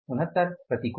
69 प्रतिकूल